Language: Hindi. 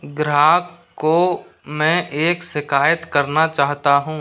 ग्राहक को मैं एक शिकायत करना चाहता हूँ